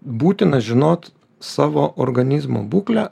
būtina žinot savo organizmo būklę